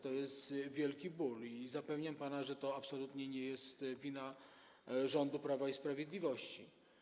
To jest wielki ból i zapewniam pana, że to absolutnie nie jest wina rządu Prawa i Sprawiedliwości.